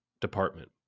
department